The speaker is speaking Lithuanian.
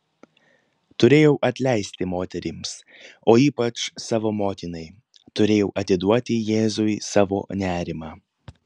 turėjau atleisti moterims o ypač savo motinai turėjau atiduoti jėzui savo nerimą